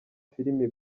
filimi